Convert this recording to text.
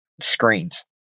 screens